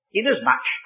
inasmuch